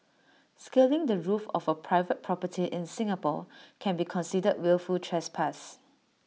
scaling the roof of A private property in Singapore can be considered wilful trespass